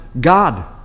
God